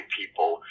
people